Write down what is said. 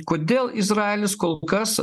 kodėl izraelis kol kas